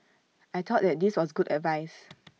I thought that this was good advice